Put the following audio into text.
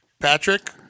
Patrick